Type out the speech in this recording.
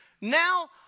Now